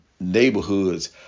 neighborhoods